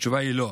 התשובה היא לא.